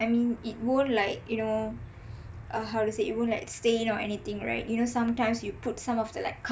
I mean it won't like you know uh how to say it won't like stain or anything right you know sometimes you put some of the like coloured